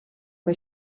que